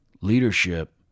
leadership